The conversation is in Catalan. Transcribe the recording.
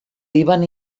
líban